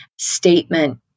statement